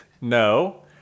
no